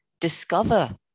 discover